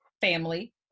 family